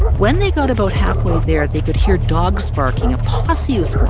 when they got about halfway there, they could hear dogs barking. a posse was